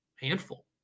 handful